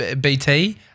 BT